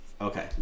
Okay